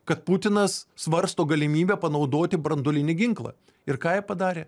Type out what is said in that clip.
kad putinas svarsto galimybę panaudoti branduolinį ginklą ir ką jie padarė